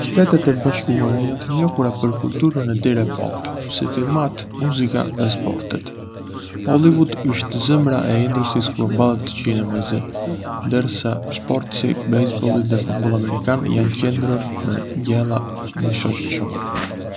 Shtetet e Bashkuara janë të njohura për kulturën e tyre pop, si filmat, muzika dhe sportet. Hollywood është zemra e industrisë globale të kinemasë, ndërsa sporte si bejsbolli dhe futbolli amerikan janë qendrore në gjella shoçërore.